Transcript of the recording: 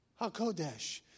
HaKodesh